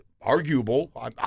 arguable